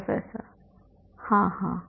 professor हाँ हाँ